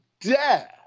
dare